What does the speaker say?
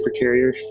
supercarriers